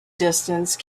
distance